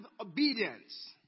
obedience